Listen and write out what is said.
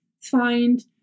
find